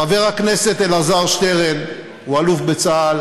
חבר הכנסת אלעזר שטרן הוא אלוף בצה"ל,